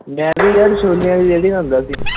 ਮੈ ਵੀਂ ਯਾਰ ਛੋਲਿਆਂ ਦੀ ਰੇਹੜੀ ਲਾਉਂਦਾ ਸੀ